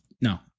no